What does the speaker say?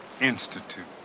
Institute